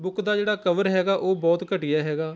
book ਦਾ ਜਿਹੜਾ cover ਹੈਗਾ ਉਹ ਬਹੁਤ ਘਟੀਆ ਹੈਗਾ